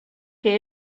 que